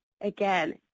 again